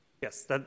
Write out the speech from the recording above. Yes